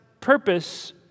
purpose